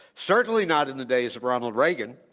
certainly not in the days of ronald reagan,